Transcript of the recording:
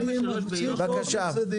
בבקשה.